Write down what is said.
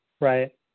right